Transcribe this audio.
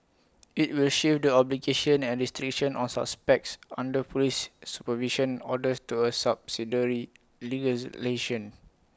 IT will shift the obligations and restrictions on suspects under Police supervision orders to A subsidiary legislation